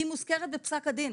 היא מוזכרת בפסק הדין,